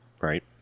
Right